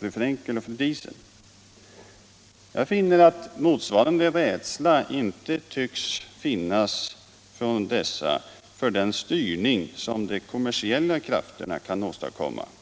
fru Frenkel och fru Diesen. Jag finner att företrädarna för dessa båda partier inte tycks hysa någon motsvarande rädsla för den styrning som de kommersiella krafterna kan åstadkomma.